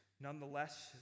Nonetheless